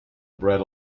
bread